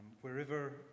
wherever